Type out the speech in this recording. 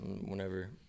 whenever